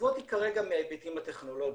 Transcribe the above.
עזבו אותי כרגע מההיבטים הטכנולוגיים.